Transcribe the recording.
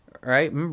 right